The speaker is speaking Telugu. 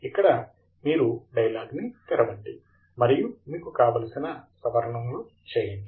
ఇక్కడ మీరు డైలాగ్ ని తెరవండి మరియు మీకు కావలసిన సవరణలు చేయండి